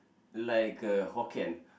like uh Hokkien